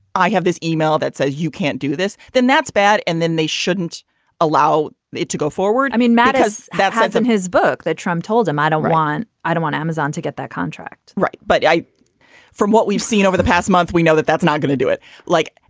i have this email that says, you can't do this, then that's bad. and then they shouldn't allow it to go forward i mean, matters that it's in um his book that trump told him, i don't want i don't want amazon to get that contract right but i from what we've seen over the past month, we know that that's not going to do it like.